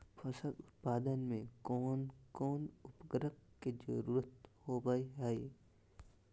फसल उत्पादन में कोन कोन उर्वरक के जरुरत होवय हैय?